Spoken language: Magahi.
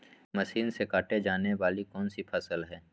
मशीन से काटे जाने वाली कौन सी फसल है?